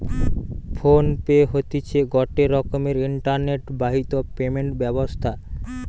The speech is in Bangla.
ফোন পে হতিছে গটে রকমের ইন্টারনেট বাহিত পেমেন্ট ব্যবস্থা